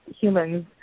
humans